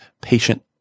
patient